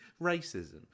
Racism